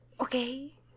Okay